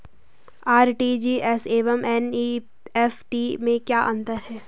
RTGS एवं NEFT में क्या अंतर है?